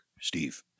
Steve